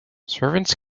servants